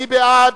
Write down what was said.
מי בעד?